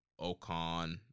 Okan